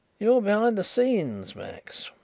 you are behind the scenes, max.